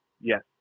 Yes